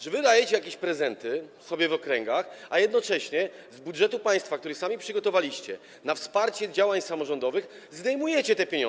Że dajecie jakieś prezenty sobie w okręgach, a jednocześnie z budżetu państwa, który sami przygotowaliście, na wsparcie działań samorządowych zdejmujecie te pieniądze.